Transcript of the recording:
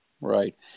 Right